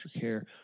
care